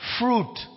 fruit